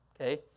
Okay